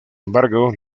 embargo